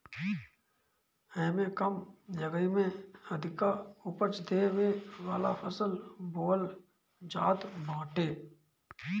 एमे कम जगही में अधिका उपज देवे वाला फसल बोअल जात बाटे